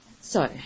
So